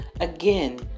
Again